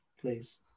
please